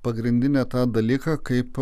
pagrindinę tą dalyką kaip